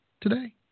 today